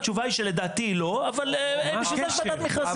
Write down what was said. התשובה היא שלדעתי לא אבל בשביל זה יש ועדת מכרזים.